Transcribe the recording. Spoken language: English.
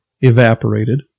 evaporated